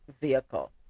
vehicle